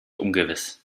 ungewiss